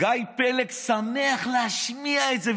גיא פלג שמח להשמיע את זה,